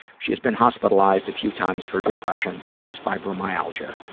she has been hospitalized a few times for depression and has fibromyalgia.